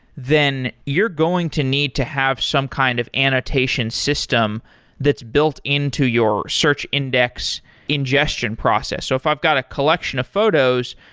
then you're going to need to have some kind of annotation system that's built into your search index ingestion process. if i've got a collection of photos,